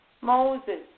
Moses